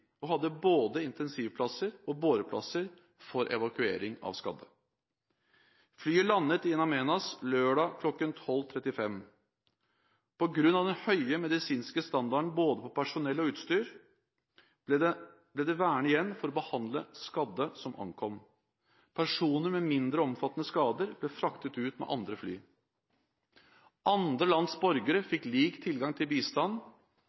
og hadde både intensivplasser og båreplasser for evakuering av skadde. Flyet landet i In Amenas lørdag kl. 12.35. På grunn av den høye medisinske standarden på både personell og utstyr ble det værende igjen for å behandle skadde som ankom. Personer med mindre omfattende skader ble fraktet ut med andre fly. Andre lands borgere fikk lik tilgang til bistand